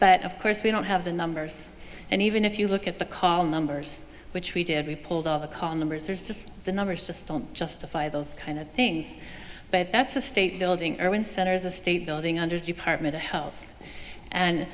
but of course we don't have the numbers and even if you look at the call numbers which we did we pulled off the call numbers are just the numbers just don't justify the kind of thing but that's a state building urban center is a state building under department of health and